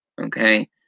Okay